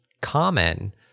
common